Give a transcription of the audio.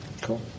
Cool